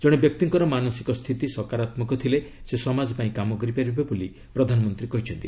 ଜଣେ ବ୍ୟକ୍ତିଙ୍କର ମାନସିକ ସ୍ଥିତି ସକାରାତ୍ମକ ଥିଲେ ସେ ସମାଜ ପାଇଁ କାମ କରିପାରିବେ ବୋଲି ପ୍ରଧାନମନ୍ତ୍ରୀ କହିଛନ୍ତି